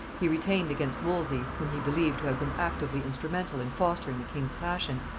he retained against wolsey, whom he believed to have been actively instrumental in fostering the king's passion,